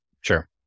Sure